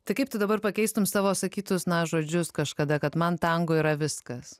tai kaip tu dabar pakeistum savo sakytus na žodžius kažkada kad man tango yra viskas